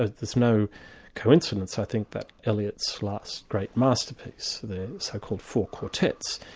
ah there's no coincidence i think that eliot's last great masterpiece, the so-called four quartets,